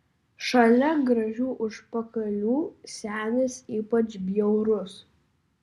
šalia gražių užpakalių senis ypač bjaurus